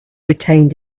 retained